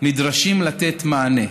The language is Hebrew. נדרשים לתת מענה,